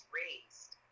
raised